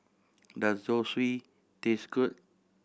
does Zosui taste good